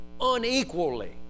unequally